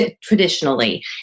traditionally